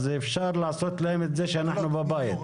אז אפשר לעשות להם את זה כשאנחנו בבית.